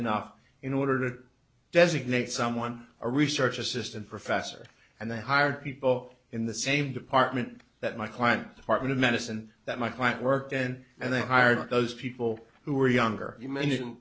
enough in order to designate someone a research assistant professor and they hired people in the same department that my client partner medicine that my client worked in and then hired those people who were younger you m